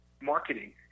marketing